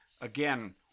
Again